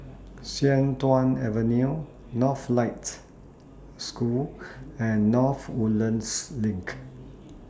Sian Tuan Avenue Northlight School and North Woodlands LINK